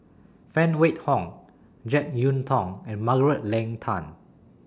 Phan Wait Hong Jek Yeun Thong and Margaret Leng Tan